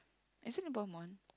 actually Balmain